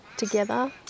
together